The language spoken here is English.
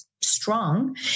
strong